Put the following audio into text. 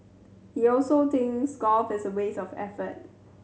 he also thinks golf is a waste of effort